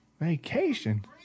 Vacation